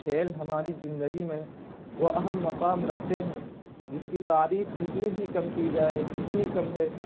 کھیل ہماری زندگی میں وہ اہم مقام رکھتے ہیں جس کی تعریف جتنی بھی کم کی جائے اتنی کم ہے